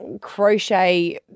crochet